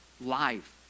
life